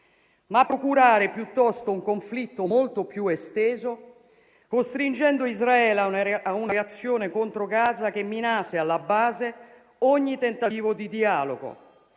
ma procurare piuttosto un conflitto molto più esteso, costringendo Israele a una reazione contro Gaza che minasse alla base ogni tentativo di dialogo,